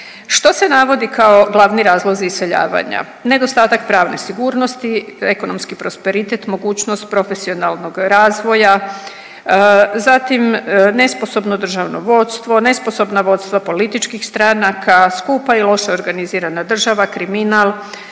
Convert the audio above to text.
Što se navodi kao glavni razlozi iseljavanja? Nedostatak pravne sigurnosti, ekonomski prosperitet, mogućnost profesionalnog razvoja, zatim nesposobno državno vodstvo, nesposobna vodstva političkih stranaka, skupa i loša organizirana država, kriminal,